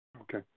Okay